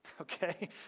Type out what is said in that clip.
Okay